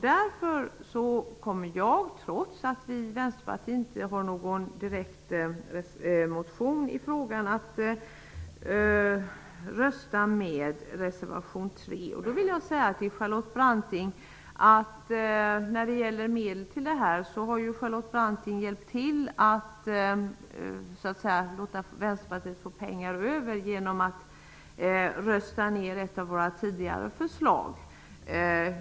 Därför kommer jag, trots att vi i Vänsterpartiet inte har väckt någon motion i frågan, att rösta för reservation 3. Charlotte Branting har så att säga hjälpt Vänsterpartiet att få pengar över till detta genom att rösta ned ett av våra tidigare förslag.